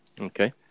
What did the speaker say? okay